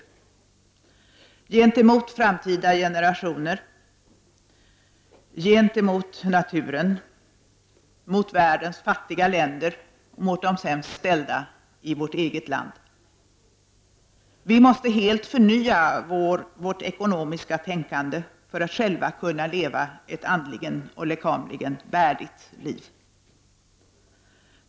Det är solidaritet gentemot framtida generationer, mot naturen, mot världens fattiga länder och mot de sämst ställda i vårt eget land. Vi måste helt förnya vårt ekonomiska tänkande för att själva kunna leva ett andligen och lekamligen värdigt liv.